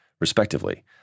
respectively